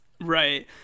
Right